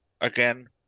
again